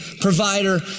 provider